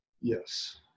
Yes